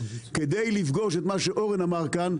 כדי לפגוש את מה שאורן אמר כאן,